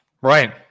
Right